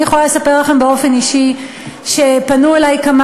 אני יכולה לספר לכם באופן אישי שפנו אלי כמה